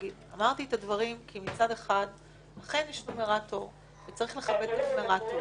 אמרתי את הדברים כי מצד אחד אכן יש נומרטור וצריך לכבד את הנומרטור.